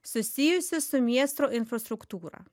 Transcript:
susijusių su miesto infrastruktūra